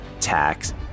tax